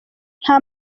nta